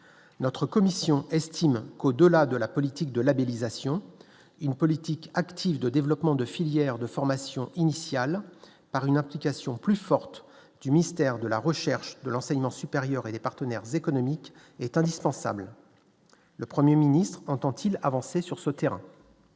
notre commission estime qu'au-delà de la politique de labellisation une politique active de développement de filières de formation initiale par une application plus forte du ministère de la recherche de l'enseignement supérieur et des partenaires économiques est indispensable, le 1er ministre entend-il avancer sur ce terrain.